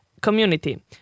community